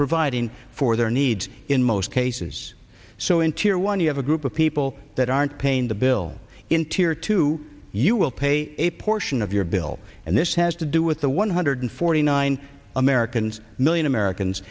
providing for their needs in most cases so in tear one you have a group of people that aren't paying the bill in tear two you will pay a portion of your bill and this has to do with the one hundred forty nine americans million americans